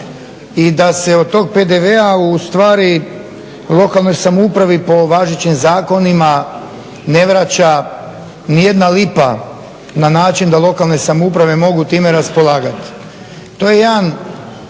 i da se od tog PDV-a ustvari lokalnoj samoupravi po važećim zakonima ne vraća nijedna lipa na način da lokalne samouprave mogu time raspolagati. To je jedan